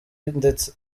ndetse